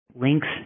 links